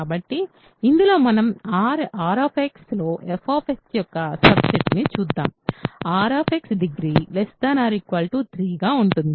కాబట్టి ఇందులో మనం R లో f యొక్క సబ్ సెట్ ని చూద్దాం f డిగ్రీ 3 ఉంటుంది